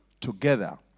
together